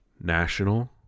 National